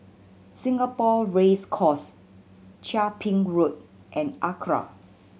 Singapore Race Course Chia Ping Road and ACRA